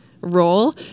role